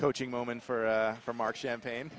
coaching moment for from our champagne